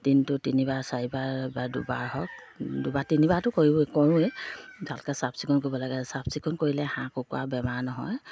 দিনটো তিনিবাৰ চাৰিবাৰ বা দুবাৰ হওক দুবাৰ তিনিবাৰটো কৰি কৰোঁৱেই ভালকৈ চাফ চিকুণ কৰিব লাগে চাফ চিকুণ কৰিলে হাঁহ কুকুৰা বেমাৰ নহয়